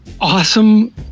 awesome